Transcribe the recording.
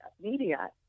media